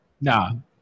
No